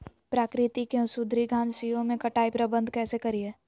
प्राकृतिक एवं सुधरी घासनियों में कटाई प्रबन्ध कैसे करीये?